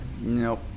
Nope